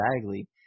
Bagley